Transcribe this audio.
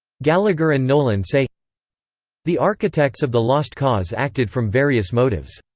gallagher and nolan say the architects of the lost cause acted from various motives.